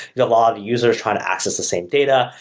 the log users trying to access the same data,